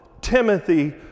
Timothy